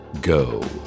Go